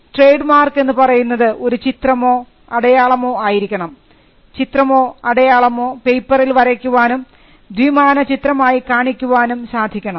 trade mark എന്നുപറയുന്നത് ഒരു ചിത്രമോ അടയാളമോ ആയിരിക്കണം ചിത്രമോ അടയാളമോ പേപ്പറിൽ വരയ്ക്കാനും ദ്വിമാന ചിത്രമായി കാണിക്കുവാനും സാധിക്കണം